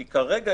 כי כרגע,